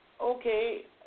okay